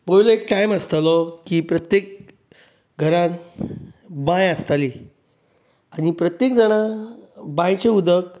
पयलीं एक टायम आसतालो की प्रत्येक घरांत बांय आसताली आनी प्रत्येक जाणां बांयचें उदक